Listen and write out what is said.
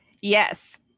Yes